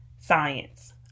science